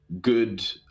good